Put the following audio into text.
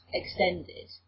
extended